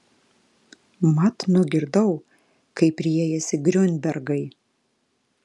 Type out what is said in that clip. mat nugirdau kaip riejasi griunbergai